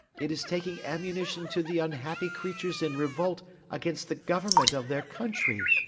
it is taking ammunition to the unhappy creatures in revolt against the government of their country,